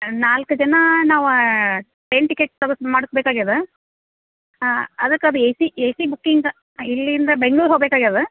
ನಾಲ್ಕು ಜನ ನಾವು ಟ್ರೇನ್ ಟಿಕೆಟ್ ತೆಗಸ ಮಾಡ್ಸ ಬೇಕಾಗಿದೆ ಅದಕ್ಕೆ ಅದು A C A C booking ಇಲ್ಲಿಂದ ಬೆಂಗ್ಳೂರು ಹೋಗ್ಬೇಕಾಗಿದೆ